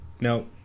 No